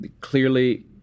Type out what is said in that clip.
clearly